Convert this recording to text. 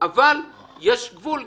אבל יש גבול,